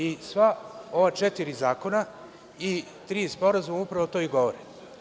I sva ova četiri zakona i tri sporazuma upravo to i govore.